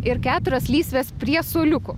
ir keturios lysvės prie suoliukų